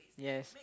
yes